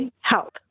help